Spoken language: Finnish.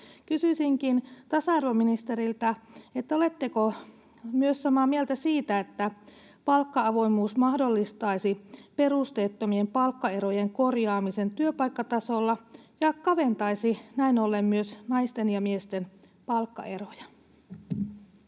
Kysyisinkin tasa-arvoministeriltä: oletteko myös samaa mieltä siitä, että palkka-avoimuus mahdollistaisi perusteettomien palkkaerojen korjaamisen työpaikkatasolla ja kaventaisi näin ollen myös naisten ja miesten palkkaeroja?